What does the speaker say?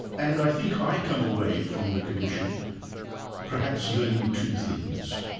and i think i come away from the commission perhaps learning two things,